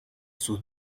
sus